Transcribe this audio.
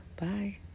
Bye